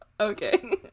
Okay